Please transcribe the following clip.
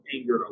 anger